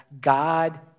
God